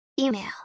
Email